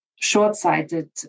short-sighted